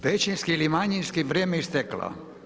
Većinski ili manjinski, vrijeme isteklo.